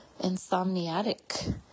insomniatic